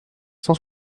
cent